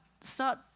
start